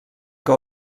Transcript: que